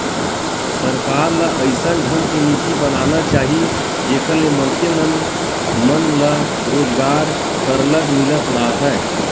सरकार ल अइसन ढंग के नीति बनाना चाही जेखर ले मनखे मन मन ल रोजगार सरलग मिलत राहय